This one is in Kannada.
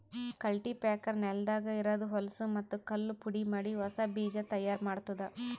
ಕಲ್ಟಿಪ್ಯಾಕರ್ ನೆಲದಾಗ ಇರದ್ ಹೊಲಸೂ ಮತ್ತ್ ಕಲ್ಲು ಪುಡಿಮಾಡಿ ಹೊಸಾ ಬೀಜ ತೈಯಾರ್ ಮಾಡ್ತುದ